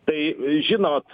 tai žinot